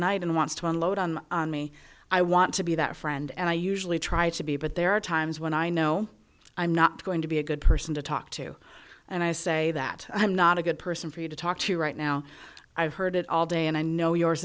night and wants to unload on me i want to be that friend and i usually try to be but there are times when i know i'm not going to be a good person to talk to and i say that i'm not a good person for you to talk to right now i've heard it all day and i know yours